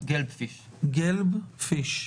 גלבפיש,